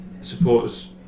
supporters